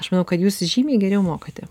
aš manau kad jūs žymiai geriau mokate